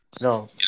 No